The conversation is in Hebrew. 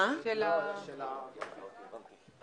כמו שאפשר לראות בהצעת החוק שהוגשה על ידי משרד הפנים,